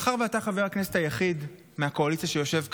מאחר שאתה חבר הכנסת היחיד מהקואליציה שיושב כאן,